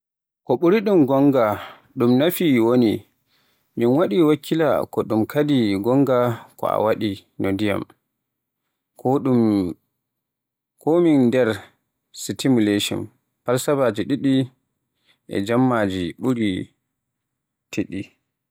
Ko ɓuri ɗum gonga, ɗum nafi woni. Min waɗi wakkila ko ɗum kadi gonga ko a waɗi no ndiyam, ko ɗum ko min nder simulation. Falsafaajoji ɗiɗi e jammaaji ɓuri tiiɗi